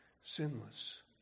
sinless